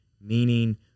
meaning